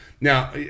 Now